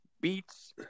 beats